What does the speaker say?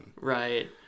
Right